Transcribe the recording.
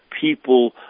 people